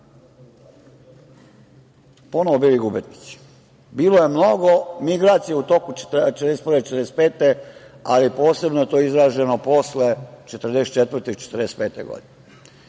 ponovo bili gubitnici. Bilo je mnogo migracija u toku 1941. i 1945. godine, ali posebno je to izraženo posle 1944. i 1945. godine. Mi